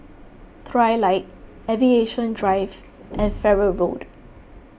Trilight Aviation Drive and Farrer Road